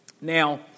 Now